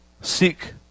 Seek